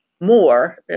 more